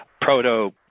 proto